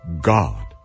God